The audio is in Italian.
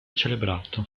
celebrato